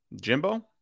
Jimbo